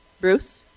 Bruce